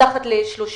מתחת ל-3%.